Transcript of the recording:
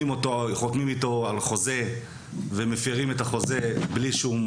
חותמים איתו על חוזה ומפרים את החוזה בלי שום